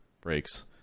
breaks